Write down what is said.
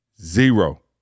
Zero